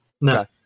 no